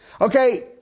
Okay